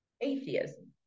atheism